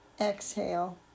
Exhale